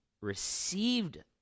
received